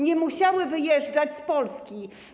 nie musiały wyjeżdżać z Polski.